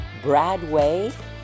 Bradway